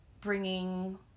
bringing